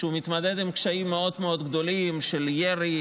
שהוא מתמודד עם קשיים מאוד מאוד גדולים של ירי,